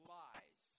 lies